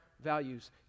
values